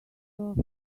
off